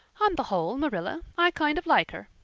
on the whole, marilla, i kind of like her.